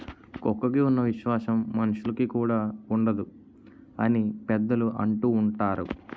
కుక్కకి ఉన్న విశ్వాసం మనుషులుకి కూడా ఉండదు అని పెద్దలు అంటూవుంటారు